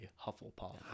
hufflepuff